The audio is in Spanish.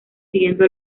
siguiendo